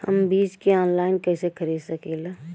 हम बीज के आनलाइन कइसे खरीद सकीला?